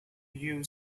you